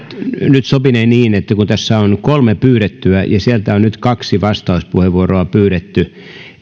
nyt sopinee niin että kun tässä on kolme pyydettyä puheenvuoroa ja sieltä on nyt kaksi vastauspuheenvuoroa pyydetty